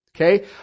Okay